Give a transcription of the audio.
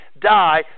die